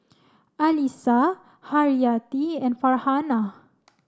Alyssa Haryati and Farhanah